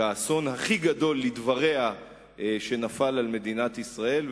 כאסון הכי גדול, לדבריה, שנפל על מדינת ישראל.